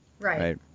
right